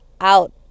out